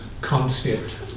concept